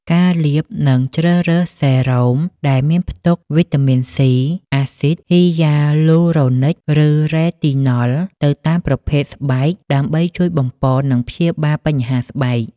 ការលាបនិងជ្រើសរើសសេរ៉ូមដែលមានផ្ទុកវីតាមីន សុី អាស៊ីត ហ៊ីយ៉ាលូរ៉ូនិក ឬ រ៉េទីណុល ទៅតាមប្រភេទស្បែក ដើម្បីជួយបំប៉ន និងព្យាបាលបញ្ហាស្បែក ។